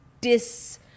dis